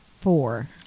four